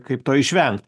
kaip to išvengt